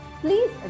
please